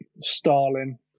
Stalin